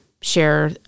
share